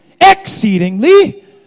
exceedingly